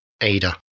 Ada